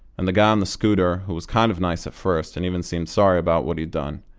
and the guy on the scooter, who was kind of nice at first and even seemed sorry about what he'd done,